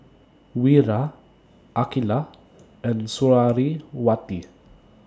Wira Aqilah and Suriawati